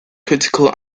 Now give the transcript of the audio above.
critical